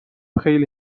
خیلی